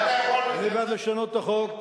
אני בעד לשנות את החוק.